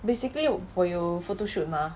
basically 我有 photoshoot mah